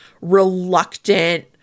reluctant